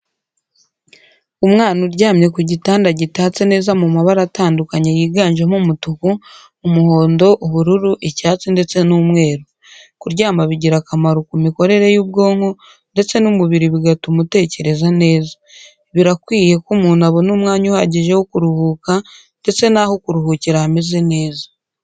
Umwana uryamye kugitanda gitatse neza mu mabara atandukanye yiganjemo umutuku, umuhondo, ubururu, icyatsi, ndetse n'umweru. Kuryama bigira akamaro kumikorere y'ubwonko ndetse n'umubiri bigatuma utekereza neza. Birakwiye ko umuntu abona umwanya uhagije wo kuruhuka ndetse naho kuruhukira hameze neza.